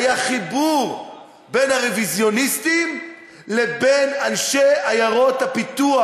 היה חיבור בין הרוויזיוניסטים לבין אנשי עיירות הפיתוח.